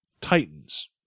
Titans